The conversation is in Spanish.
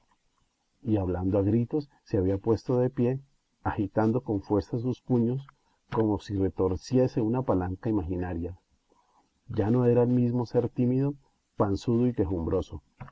y hablando a gritos se había puesto de pie agitando con fuerza sus puños como si retorciese una palanca imaginaria ya no era el mismo ser tímido panzudo y quejumbroso